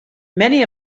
many